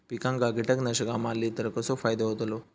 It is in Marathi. पिकांक कीटकनाशका मारली तर कसो फायदो होतलो?